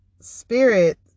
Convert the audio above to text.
spirit